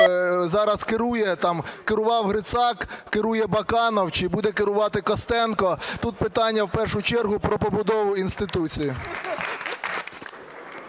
зараз керує: там керував Грицак, керує Баканов чи буде керувати Костенко. Тут питання в першу чергу про побудову інституції.